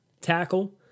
tackle